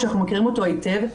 שאנחנו מכירים אותו היטב.